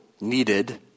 needed